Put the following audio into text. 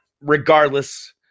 regardless